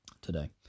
today